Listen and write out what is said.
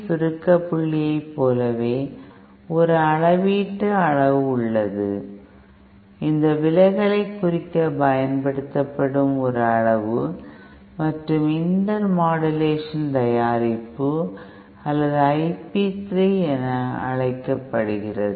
சுருக்க புள்ளியைப் போலவே ஒரு அளவீட்டு அளவு உள்ளது இந்த விலகலைக் குறிக்கப் பயன்படுத்தப்படும் ஒரு அளவு மற்றும் இன்டர் மாடுலேஷன் தயாரிப்பு அல்லது IP3 என அழைக்கப்படுகிறது